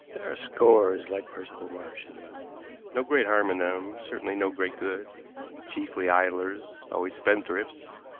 there are scores like percival marsh in london no great harm in them, certainly no great good chiefly idlers, always spendthrifts,